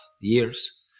years